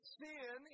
sin